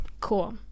Cool